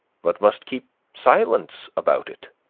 but must keep silence about it.